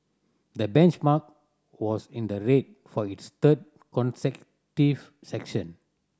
the benchmark was in the red for its third consecutive section